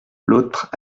l’autre